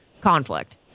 conflict